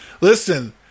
Listen